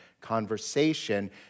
conversation